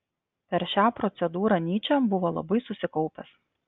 per šią procedūrą nyčė buvo labai susikaupęs